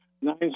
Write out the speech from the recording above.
nine